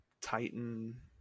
Titan